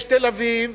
יש תל-אביב,